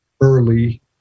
early